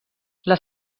les